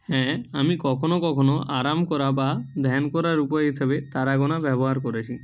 হ্যাঁ আমি কখনও কখনও আরাম করা বা ধ্যান করার উপায় হিসাবে তারা গোনা ব্যবহার করেছি